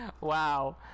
wow